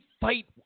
fight